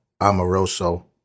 Amoroso